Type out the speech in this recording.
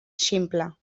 ximple